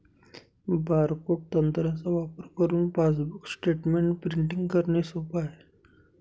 barcode तंत्राचा वापर करुन पासबुक स्टेटमेंट प्रिंटिंग करणे सोप आहे